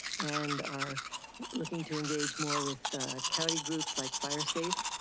and are looking to engage more with county groups like fire safe.